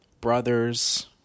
brothers